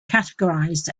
categorised